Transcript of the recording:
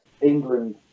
England